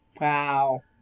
Wow